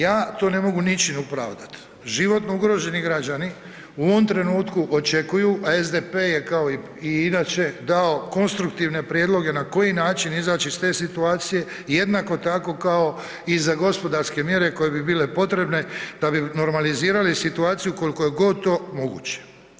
Ja to ne mogu ničim opravdati, životno ugroženi građani u ovom trenutku očekuju a SDP je kao i inače dao konstruktivne prijedloge na koji način izaći iz te situacije i jednako tako kao i za gospodarske mjere koje bi bile potrebne da bi normalizirali situaciju koliko je god to moguće.